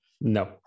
No